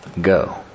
go